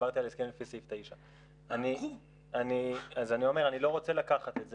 דיברתי על ההסכם לפי סעיף 9. אני לא רוצה לקחת את זה